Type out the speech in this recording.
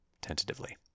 tentatively